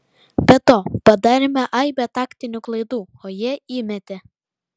be to padarėme aibę taktinių klaidų o jie įmetė